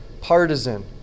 partisan